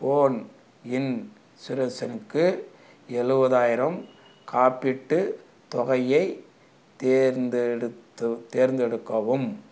home இன்சூரன்ஸுக்கு எழுபதாயிரம் காப்பீட்டுத் தொகையை தேர்ந்தெடுத்து தேர்ந்தெடுக்கவும்